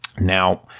now